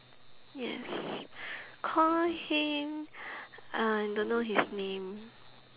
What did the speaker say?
yes call him I don't know his name